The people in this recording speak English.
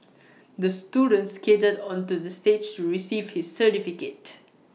the student skated onto the stage receive his certificate